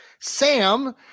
Sam